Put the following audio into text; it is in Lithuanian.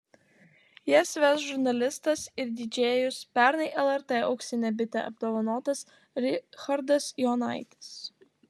jas ves žurnalistas ir didžėjus pernai lrt auksine bite apdovanotas richardas jonaitis